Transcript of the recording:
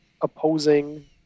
opposing